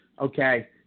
okay